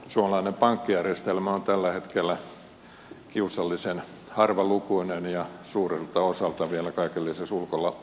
suomalainen pankkijärjestelmä on tällä hetkellä kiusallisen harvalukuinen ja suurelta osalta vielä kaiken lisäksi ulkomaalaisomisteinen